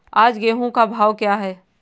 आज गेहूँ का भाव क्या है?